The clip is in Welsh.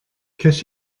ces